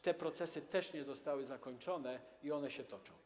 Te procesy też nie zostały zakończone, one się toczą.